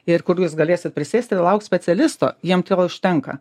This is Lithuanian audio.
ir kur jūs galėsit prisėsti ir laukt specialisto jiem to užtenka